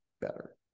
better